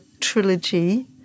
trilogy